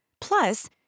Plus